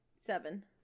Seven